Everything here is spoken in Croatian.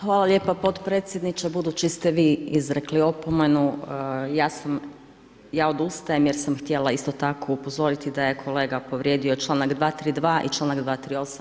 Hvala lijepo potpredsjedniče, budući ste vi izrekli opomenu, ja odustajem, jer sam htjela isto tako upozoriti da je kolega povrijedio članak 232. i čl.238.